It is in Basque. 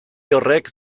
horrek